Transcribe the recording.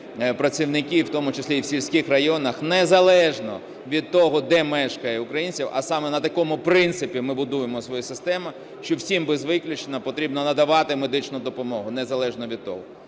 працівники, в тому числі і в сільських районах, незалежно від того, де мешкають українці, а саме на такому принципі ми будуємо свою систему, що всім без виключення потрібно надавати медичну допомогу, незалежно від того.